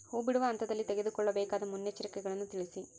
ಹೂ ಬಿಡುವ ಹಂತದಲ್ಲಿ ತೆಗೆದುಕೊಳ್ಳಬೇಕಾದ ಮುನ್ನೆಚ್ಚರಿಕೆಗಳನ್ನು ತಿಳಿಸಿ?